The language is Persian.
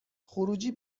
خروجی